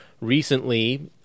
recently